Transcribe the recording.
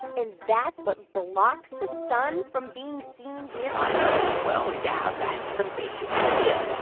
and that's what blocks the sun from being seen here on earth? well, yeah, that's the basic idea.